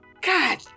god